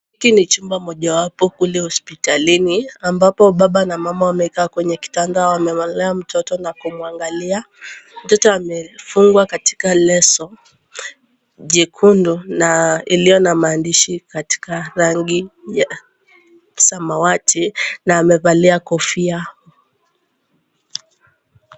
Hiki ni chumba moja wapo kule hospitalini ambapo baba na mama wamekaa kwenye kitanda wamemlea mtoto na kumwangalia. Mtoto amefungwa katika leso jekundu na iliyo na maandishi katika rangi ya samawati na amevalia kofia.